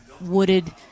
wooded